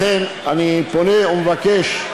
לכן אני פונה ומבקש,